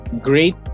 great